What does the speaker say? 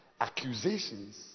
Accusations